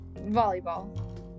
volleyball